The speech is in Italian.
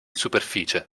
superficie